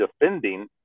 defending